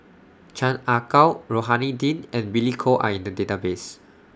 Chan Ah Kow Rohani Din and Billy Koh Are in The Database